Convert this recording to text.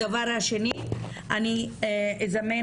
הדבר השני, אני אזמן